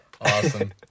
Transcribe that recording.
Awesome